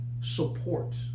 support